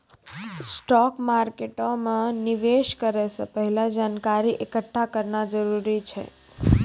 stock मार्केटो मे निवेश करै से पहिले जानकारी एकठ्ठा करना जरूरी छै